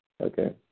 Okay